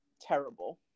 terrible